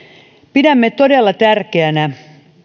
pidämme todella tärkeänä